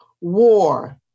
war